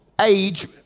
age